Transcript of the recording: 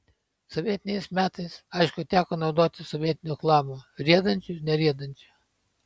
sovietiniais metais aišku teko naudotis sovietiniu chlamu riedančiu ir neriedančiu